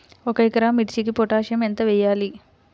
ఒక ఎకరా మిర్చీకి పొటాషియం ఎంత వెయ్యాలి?